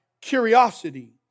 curiosity